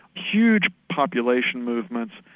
huge population movements,